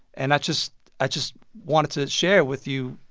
and i just i just wanted to share with you,